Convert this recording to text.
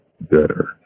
better